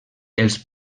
els